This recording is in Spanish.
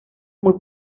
muy